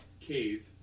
cave